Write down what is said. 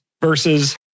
versus